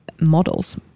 models